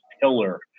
pillar